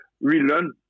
relearn